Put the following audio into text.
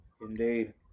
Indeed